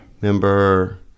Remember